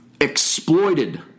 exploited